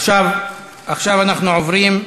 עכשיו אנחנו עוברים,